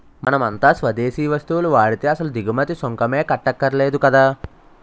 మనమంతా స్వదేశీ వస్తువులు వాడితే అసలు దిగుమతి సుంకమే కట్టక్కర్లేదు కదా